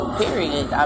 period